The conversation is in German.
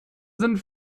sind